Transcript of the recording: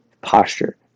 posture